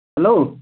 hello